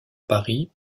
paris